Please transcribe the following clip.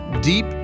deep